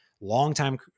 longtime